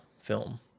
film